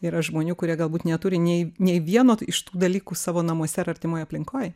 yra žmonių kurie galbūt neturi nei nei vieno iš tų dalykų savo namuose ar artimoj aplinkoj